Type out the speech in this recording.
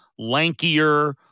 lankier